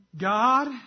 God